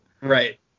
Right